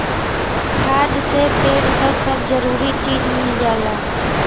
खाद से पेड़ क सब जरूरी चीज मिल जाला